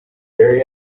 very